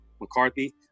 McCarthy